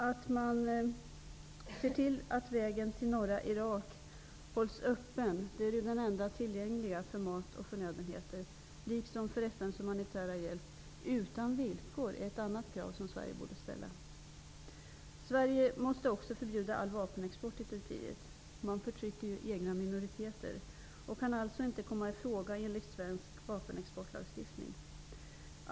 Ett annat krav som Sverige borde ställa är att vägen till norra Irak -- den enda tillgängliga för mat och förnödenheter, liksom för FN:s humanitära hjälp -- Sverige bör också förbjuda all vapenexport till Turkiet, eftersom dess egna minoriteter förtrycks. Turkiet kan alltså inte komma i fråga när det gäller vapenexport, enligt svensk lagstiftning.